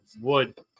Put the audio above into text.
wood